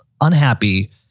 unhappy